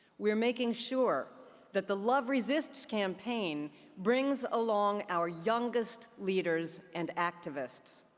we're making sure that the love resists campaign brings along our youngest leaders and activists.